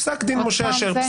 פסק דין משה אשר,